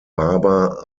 barber